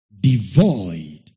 devoid